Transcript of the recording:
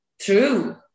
true